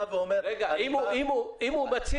של --- רגע, אם הוא מצהיר